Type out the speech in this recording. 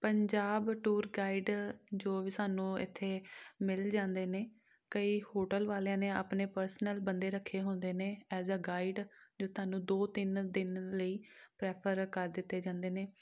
Punjab tour guide ਜੋ ਵੀ ਸਾਨੂੰ ਇੱਥੇ ਮਿਲ ਜਾਂਦੇ ਨੇ ਕਈ ਹੋਟਲ ਵਾਲਿਆਂ ਨੇ ਆਪਣੇ ਪਰਸਨਲ ਬੰਦੇ ਰੱਖੇ ਹੁੰਦੇ ਨੇ ਐਜ਼ ਆ ਗਾਈਡ ਜੋ ਤੁਹਾਨੂੰ ਦੋ ਤਿੰਨ ਦਿਨ ਲਈ ਪ੍ਰੈਫਰ ਕਰ ਦਿੱਤੇ ਜਾਂਦੇ ਨੇ